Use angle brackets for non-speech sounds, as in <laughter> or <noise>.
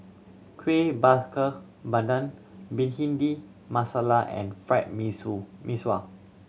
Kuih Bakar Pandan Bhindi Masala and fried mee <unintelligible> Mee Sua